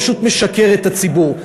פשוט משקר לציבור.